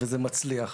זה מצליח.